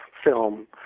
film